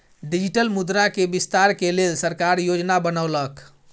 digital मुद्रा के विस्तार के लेल सरकार योजना बनौलक